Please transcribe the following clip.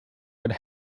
lord